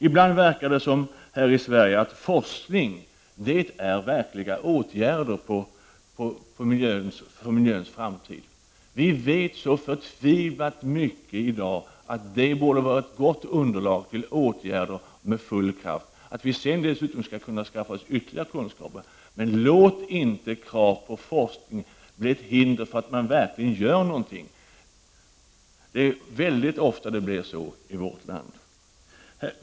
Ibland verkar det här i Sverige som om forskning är den verkliga åtgärden för miljöns framtid, men vi vet så förtvivlat mycket i dag att det borde vara ett gott underlag för att vi med full kraft skall kunna vidta åtgärder. Vi skall naturligtvis skaffa oss ytterligare kunskaper, men kraven på forskning får inte vara ett hinder för att verkligen göra någonting — det blir ofta så i vårt land.